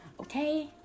okay